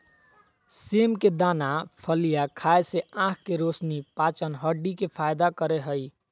सेम के दाना फलियां खाय से आँख के रोशनी, पाचन, हड्डी के फायदा करे हइ